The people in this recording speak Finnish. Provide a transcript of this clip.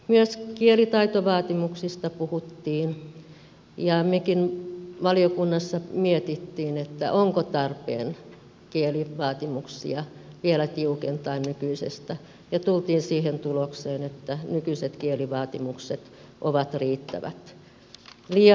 myös kielitaitovaatimuksista puhuttiin ja mekin valiokunnassa mietimme onko tarpeen kielivaatimuksia vielä tiukentaa nykyisestä ja tultiin siihen tulokseen että nykyiset kielivaatimukset ovat riittävät